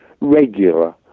regular